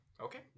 Okay